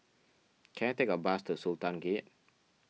can I take a bus to Sultan Gate